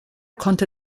konnte